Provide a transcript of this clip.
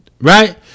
Right